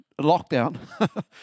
lockdown